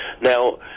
now